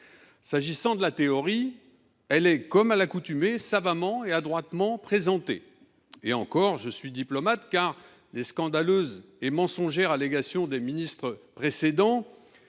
S’agissant de la théorie, elle est, comme à l’accoutumée, savamment et adroitement présentée. Et encore, je suis diplomate, car les scandaleuses et mensongères allégations des ministres précédents